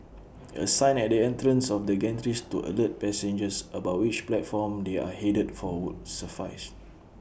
A sign at the entrance of the gantries to alert passengers about which platform they are headed for would suffice